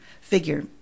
figure